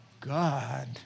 God